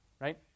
right